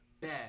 bad